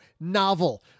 novel